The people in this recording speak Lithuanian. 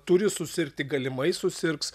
turi susirgti galimai susirgs